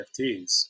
NFTs